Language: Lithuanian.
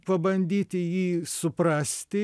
pabandyti jį suprasti